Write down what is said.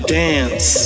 dance